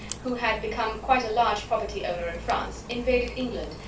who had become quite a large property-owner in france, invaded england,